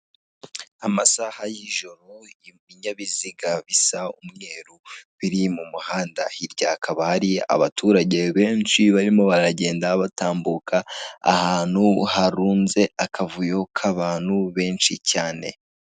Amasaha y'ijoro ibinyabiziga bisa umweru biri mu muhanda hirya hakaba hari abaturage benshi barimo baragenda batambuka ahantu karunze akavuyo ka bantu benshi cyane.